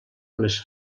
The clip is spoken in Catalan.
les